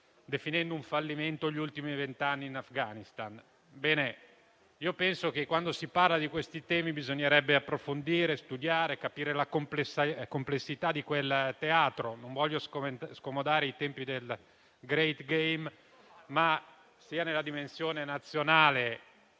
definendo un fallimento gli ultimi vent'anni in Afghanistan. Penso che quando si parla di questi temi bisognerebbe approfondire, studiare, capire la complessità di quel teatro. Non desidero scomodare i tempi del *great game*, ma sia nella dimensione nazionale